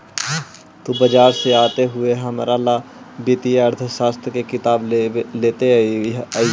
तु बाजार से आते हुए हमारा ला वित्तीय अर्थशास्त्र की किताब लेते अइहे